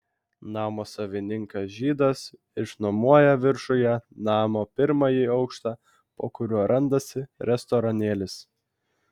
namo savininkas žydas išnuomoja viršuje namo pirmąjį aukštą po kuriuo randasi restoranėlis